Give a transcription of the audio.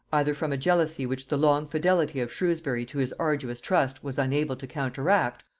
either from a jealousy which the long fidelity of shrewsbury to his arduous trust was unable to counteract,